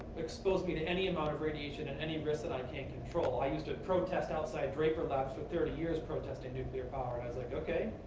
expose me to any amount of radiation at any risk that i can't control. i used to protest outside draper labs for thirty years protesting nuclear power. i was like, ok,